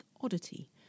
oddity